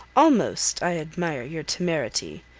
almost i admire your temerity.